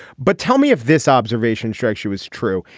but tell me if this observation structure was true.